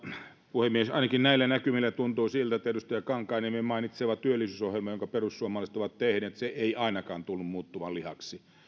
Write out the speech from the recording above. puhemies ainakin näillä näkymin tuntuu siltä että edustaja kankaanniemen mainitsema työllisyysohjelma jonka perussuomalaiset ovat tehneet ei ainakaan tunnu muuttuvan lihaksi